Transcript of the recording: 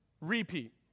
Repeat